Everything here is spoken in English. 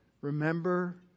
Remember